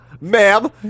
Ma'am